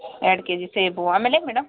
ಎರಡು ಕೆಜಿ ಸೇಬು ಆಮೇಲೆ ಮೇಡಮ್